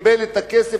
שקיבל את הכסף.